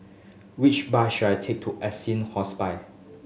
which bus should I take to Hospice